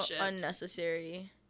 unnecessary